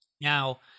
Now